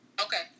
Okay